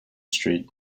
street